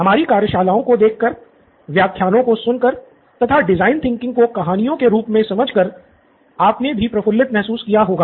हमारी कार्यशालाओं को देख कर व्याख्यानों को सुन कर तथा डिज़ाइन थिंकिंग को कहानियों के रूप में समझ कर आपने भी प्रफुल्लित महसूस किया होगा